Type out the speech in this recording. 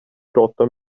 prata